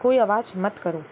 कोई आवाज मत करो